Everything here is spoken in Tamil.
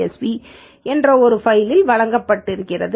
csv என்ற ஒரு ஃபைலில் வழங்கப்பட்டிருக்கிறது